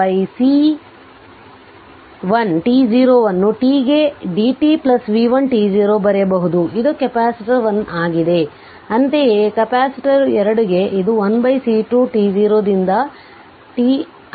ಆದ್ದರಿಂದv 1C1 t0 ಅನ್ನು t ಗೆ dt v1 t0 ಬರೆಯಬಹುದು ಇದು ಕೆಪಾಸಿಟರ್ 1 ಆಗಿದೆ ಅಂತೆಯೇ ಕೆಪಾಸಿಟರ್ 2ಗೆ ಇದು 1C2 t0 ರಿಂದt it dt v2 t0 ಆಗಿದೆ